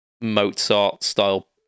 Mozart-style